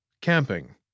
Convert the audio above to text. Camping